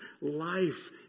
life